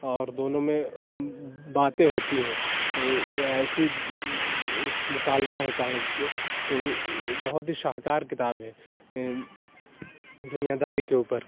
اور دونوں میں باتیں ہوتی ہیں ایسی مکالمہ ہوتا ہے تو بہت ہی شاہکار کتاب ہے دنیاداری کے اوپر